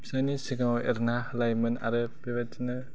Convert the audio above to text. फिसायनि सिगाङाव एरना होलायोमोन आरो बेबायदिनो